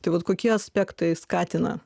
tai vat kokie aspektai skatina